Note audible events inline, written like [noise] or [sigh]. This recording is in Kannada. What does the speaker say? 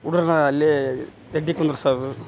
[unintelligible] ಅಲ್ಲಿ [unintelligible] ಕುಂದರ್ಸೋದು